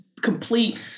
complete